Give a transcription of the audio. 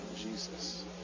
Jesus